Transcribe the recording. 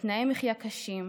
אל תנאי מחיה קשים,